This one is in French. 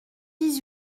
dix